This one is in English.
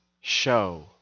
show